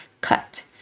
cut